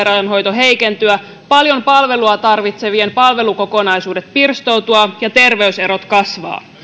nousta erikoissairaanhoito heikentyä paljon palvelua tarvitsevien palvelukokonaisuudet pirstoutua ja terveyserot